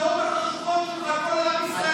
את הדעות החשוכות שלך כל עם ישראל,